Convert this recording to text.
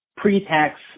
pre-tax